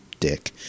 dick